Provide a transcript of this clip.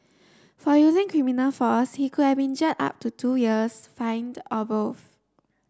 for using criminal force he could have been jailed up to two years fined or both